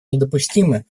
недопустимы